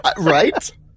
Right